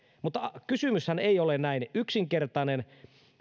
mutta kysymyshän ei ole näin yksinkertainen